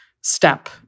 step